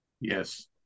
Yes